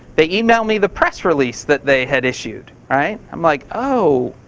they email me the press release that they had issued. i'm like, oh,